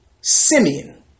Simeon